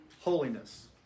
holiness